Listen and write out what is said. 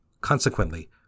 Consequently